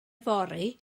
fory